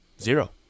Zero